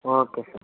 okay sir